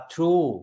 True